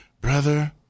brother